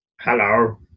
Hello